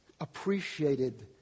appreciated